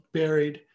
buried